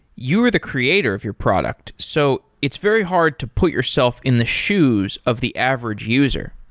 you're the creator of your product. so it's very hard to put yourself in the shoes of the average user.